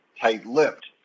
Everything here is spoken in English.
tight-lipped